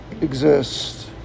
exist